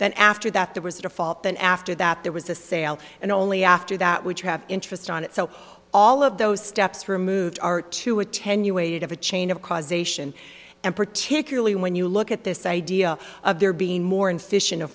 then after that there was a default then after that there was a sale and only after that which have interest on it so all of those steps removed are to attenuate of a chain of causation and particularly when you look at this idea of there being more in fis